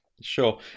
Sure